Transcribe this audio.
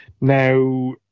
Now